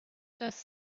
does